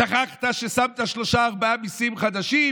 שכחת ששמת שלושה-ארבעה מיסים חדשים,